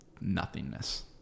nothingness